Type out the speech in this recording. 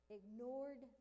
ignored